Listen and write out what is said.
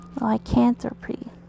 lycanthropy